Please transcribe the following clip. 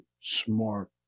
smart